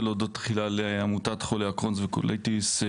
להודות תחילה לעמותת חולי הקרוהן והקוליטיס,